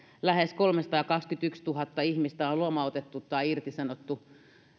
lähes kolmesataakaksikymmentätuhatta ihmistä on lomautettu tai irtisanottu